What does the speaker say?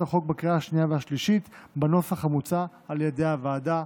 החוק בקריאה השנייה והשלישית בנוסח המוצע על ידי הוועדה.